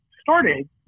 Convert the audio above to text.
started